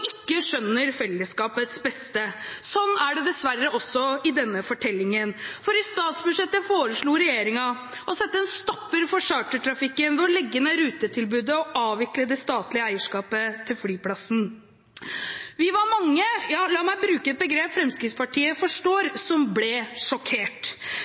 ikke skjønner fellesskapets beste. Sånn er det dessverre også i denne fortellingen, for i statsbudsjettet foreslo regjeringen å sette en stopper for chartertrafikken ved å legge ned rutetilbudet og avvikle det statlige eierskapet til flyplassen. Vi var mange – la meg bruke et begrep Fremskrittspartiet forstår